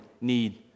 need